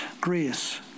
grace